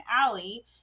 Alley